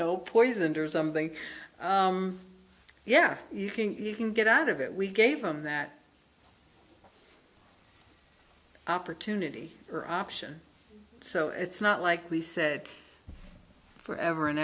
so poisoned or something yeah you think you can get out of it we gave them that opportunity or option so it's not like we said forever and